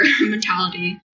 mentality